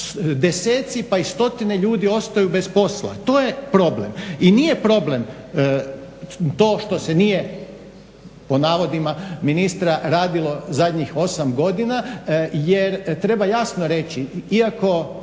deseci pa i stotine ljudi ostaju bez posla. To je problem. I nije problem to što se nije po navodima ministra radilo zadnjih 8 godina jer treba jasno reći iako